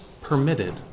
permitted